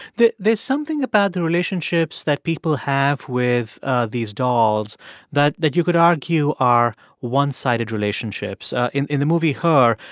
there's something about the relationships that people have with ah these dolls that that you could argue are one-sided relationships. in in the movie her,